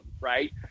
right